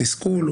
תסכול,